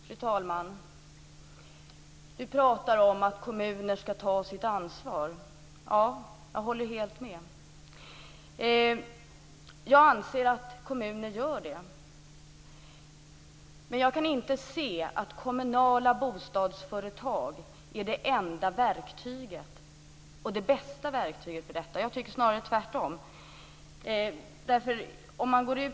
Fru talman! Anders Ygeman pratar om att kommuner skall ta sitt ansvar. Jag håller helt med. Jag anser att kommuner gör det. Men jag kan inte se att kommunala bostadsföretag är det enda verktyget eller det bästa verktyget för detta. Jag tycker snarare tvärtom.